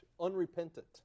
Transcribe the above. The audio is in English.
unrepentant